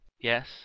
Yes